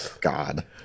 God